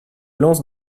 lance